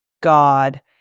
God